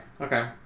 Okay